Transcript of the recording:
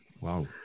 Wow